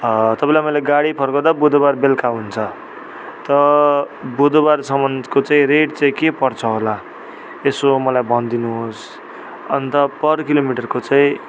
तपाईँलाई मैले गाडी फर्काउँदा बुधवार बेलुका हुन्छ त बुधवारसम्मको रेट चाहिँ के पर्छ होला यसो मलाई भनिदिनुहोस् अन्त पर किलोमिटरको चाहिँ